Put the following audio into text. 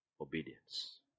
Obedience